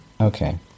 Okay